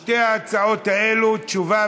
לשתי ההצעות האלו תשובה